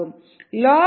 5 gram gl ஆகும்